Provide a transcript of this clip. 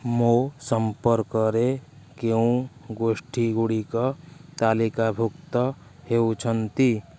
ମୋ ସମ୍ପର୍କରେ କେଉଁ ଗୋଷ୍ଠୀ ଗୁଡ଼ିକ ତାଲିକା ଭୁକ୍ତ ହୋଇଛନ୍ତି